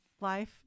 Life